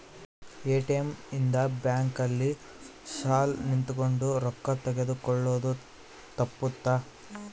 ATM ಇಂದ bank ಅಲ್ಲಿ ಸಾಲ್ ನಿಂತ್ಕೊಂಡ್ ರೊಕ್ಕ ತೆಕ್ಕೊಳೊದು ತಪ್ಪುತ್ತ